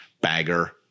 bagger